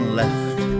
left